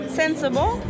sensible